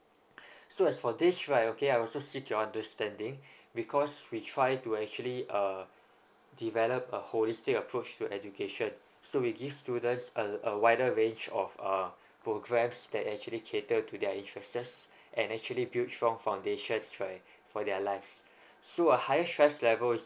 so as for this right okay I also seek your understanding because we try to actually uh develop a holistic approach to education so we give students a a wider range of uh programs that actually cater to their age access and actually build strong foundation right for their lives so a higher stress levels